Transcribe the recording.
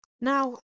Now